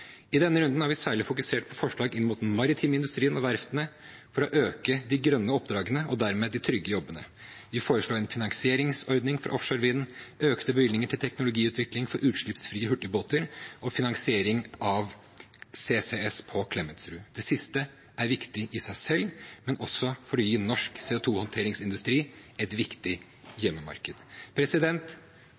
I denne runden har vi særlig fokusert på forslag inn mot den maritime industrien og verftene for å øke de grønne oppdragene og dermed de trygge jobbene. Vi foreslo en finansieringsordning for offshorevind, økte bevilgninger til teknologiutvikling for utslippsfrie hurtigbåter og finansiering av CCS på Klemetsrud. Det siste er viktig i seg selv, men også for å gi norsk CO 2 -håndteringsindustri et viktig hjemmemarked.